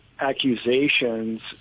accusations